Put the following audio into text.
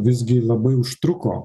visgi labai užtruko